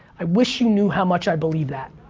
i wish you knew how much i believe that.